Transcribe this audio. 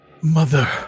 mother